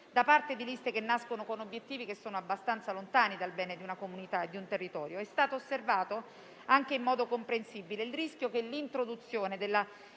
da parte di liste che nascono con obiettivi che sono abbastanza lontani dal bene di una comunità e di un territorio. È stato osservato, anche in modo comprensibile, il rischio che l'introduzione delle